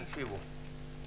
תקשיבו,